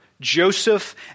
Joseph